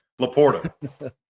LaPorta